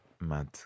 Mad